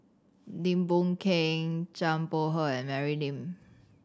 Lim Boon Keng Zhang Bohe and Mary Lim